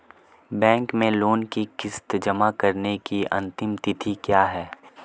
Bank में loan की किश्त जमा कराने की अंतिम तिथि क्या है?